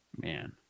Man